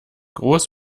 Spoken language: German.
groß